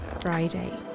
Friday